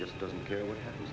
just doesn't care what happens